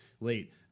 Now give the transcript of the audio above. late